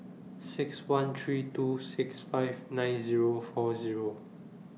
six one three two six five nine Zero four Zero